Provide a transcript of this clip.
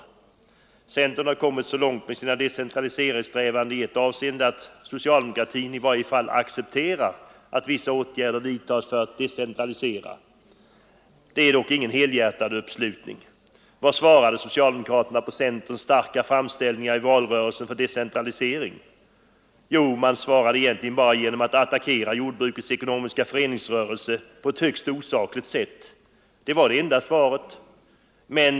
Centern har i ett avseende kommit så långt i sina decentraliseringssträvanden att socialdemokratin i varje fall accepterar att vissa åtgärder vidtas för att decentralisera. Det är dock ingen helhjärtad uppslutning. Vad svarade socialdemokraterna på centerns starka framställningar i valrörelsen i fråga om decentralisering? Jo, man svarade egentligen bara genom att attackera jordbrukets ekonomiska föreningsrörelse på ett högst osakligt sätt. Det var det enda svaret!